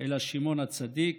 אלא שמעון הצדיק,